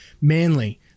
Manly